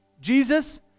Jesus